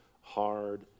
hard